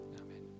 amen